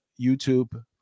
YouTube